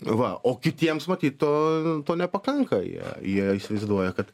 va o kitiems matyt to to nepakanka jei jie įsivaizduoja kad